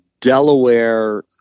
Delaware